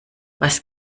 was